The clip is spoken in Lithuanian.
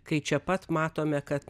kai čia pat matome kad